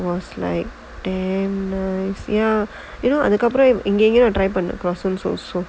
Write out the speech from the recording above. it was like damn nice ya you know other அதுக்கு அப்புறம் நான் எங்கெங்கயோ:athukku appuram naan engengayo try பண்ணுனேன்:pannunaen on the croissant also